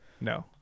no